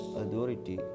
authority